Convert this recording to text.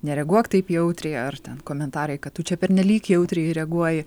nereaguok taip jautriai ar ten komentarai kad tu čia pernelyg jautriai reaguoji